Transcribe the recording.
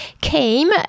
came